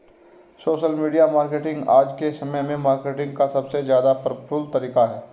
social media marketing आज के समय में मार्केटिंग का सबसे ज्यादा पॉवरफुल तरीका है